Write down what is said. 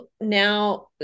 now